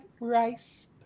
rice